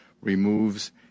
removes